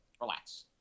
Relax